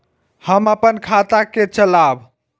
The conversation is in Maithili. हम अपन खाता के चलाब?